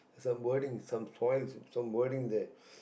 some wordings some toys some wordings there